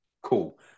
Cool